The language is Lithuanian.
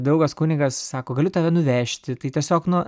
draugas kunigas sako galiu tave nuvežti tai tiesiog nu